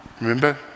Remember